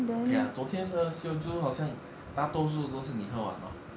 okay ah 昨天的 soju 好像大多数都是你喝完的 hor